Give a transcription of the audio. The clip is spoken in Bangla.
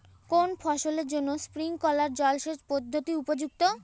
কোন ফসলের জন্য স্প্রিংকলার জলসেচ পদ্ধতি উপযুক্ত?